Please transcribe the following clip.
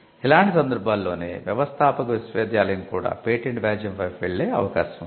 ఇలాంటి సందర్భాల్లోనే వ్యవస్థాపక విశ్వవిద్యాలయం కూడా పేటెంట్ వ్యాజ్యం వైపు వెళ్ళే అవకాశం ఉంది